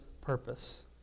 purpose